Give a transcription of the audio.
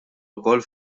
ukoll